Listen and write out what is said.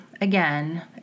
again